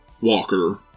Walker